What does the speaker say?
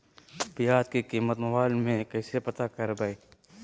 प्याज की कीमत मोबाइल में कैसे पता करबै?